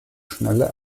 schnelle